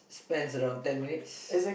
depends around ten minutes